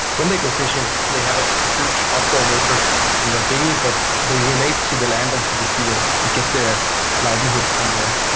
when they go fishing they have a huge outboard motor on their dinghy, but they relate to the land and the sea ah and get their livelihood from there.